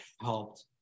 helped